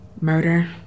murder